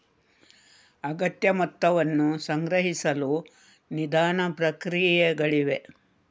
ಅಗತ್ಯ ಮೊತ್ತವನ್ನು ಸಂಗ್ರಹಿಸಲು ನಿಧಾನ ಪ್ರಕ್ರಿಯೆಗಳಿವೆ